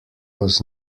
was